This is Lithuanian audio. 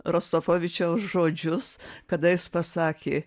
rostropovičiaus žodžius kada jis pasakė